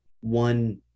one